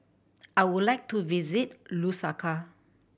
I would like to visit Lusaka